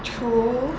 true